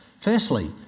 Firstly